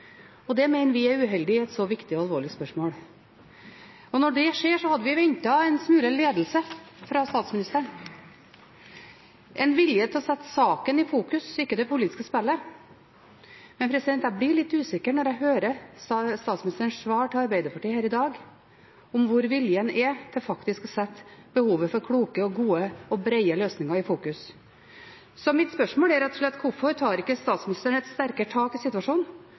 og det mener vi er uheldig i et så viktig og alvorlig spørsmål. Når det skjer, hadde vi ventet en smule ledelse fra statsministeren og en vilje til å sette saken i fokus, ikke det politiske spillet. Men jeg blir litt usikker når jeg hører statsministerens svar til Arbeiderpartiet her i dag, på hvor viljen er til faktisk å sette behovet for kloke, gode og brede løsninger i fokus. Så mitt spørsmål er rett og slett: Hvorfor tar ikke statsministeren et sterkere tak i situasjonen